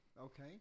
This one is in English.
Okay